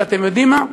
ואתם יודעים מה?